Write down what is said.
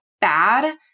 bad